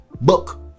book